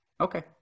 Okay